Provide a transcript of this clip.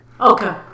okay